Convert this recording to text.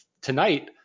tonight